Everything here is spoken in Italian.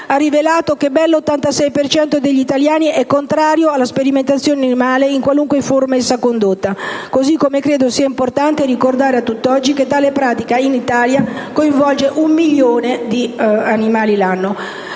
ha rilevato che ben l'86 per cento degli italiani è contrario alla sperimentazione animale, in qualunque forma essa sia condotta. Così come credo sia importante ricordare che, a tutt'oggi, tale pratica in Italia coinvolge un milione di animali l'anno.